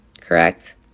Correct